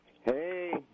Hey